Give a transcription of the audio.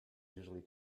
usually